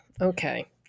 okay